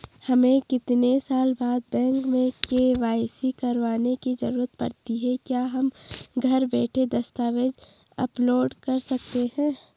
हमें कितने साल बाद बैंक में के.वाई.सी करवाने की जरूरत पड़ती है क्या हम घर बैठे दस्तावेज़ अपलोड कर सकते हैं?